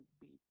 beat